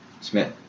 smith